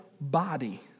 body